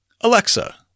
Alexa